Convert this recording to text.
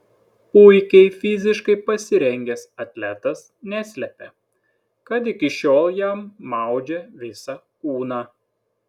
puikiai fiziškai pasirengęs atletas neslepia kad iki šiol jam maudžia visą kūną